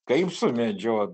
kaip sumedžiot